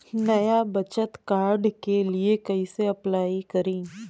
नया बचत कार्ड के लिए कइसे अपलाई करी?